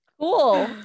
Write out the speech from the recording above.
Cool